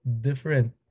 different